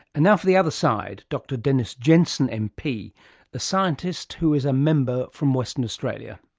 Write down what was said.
and now for the other side, dr dennis jensen mp the scientist who is a member from western australia.